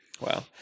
Wow